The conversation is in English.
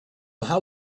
how